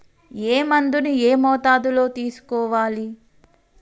ఏ మందును ఏ మోతాదులో తీసుకోవాలి?